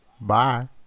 Bye